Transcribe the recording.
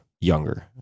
younger